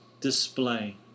display